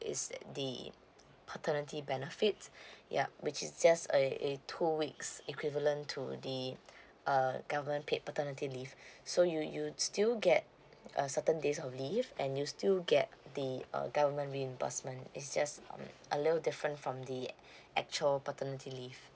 is the paternity benefits yup which is just a a two weeks equivalent to the uh government paid paternity leave so you you still get a certain days of leave and you still get the uh government reimbursement is just um a little different from the actual paternity leave